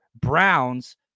Browns